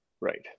right